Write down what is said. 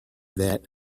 that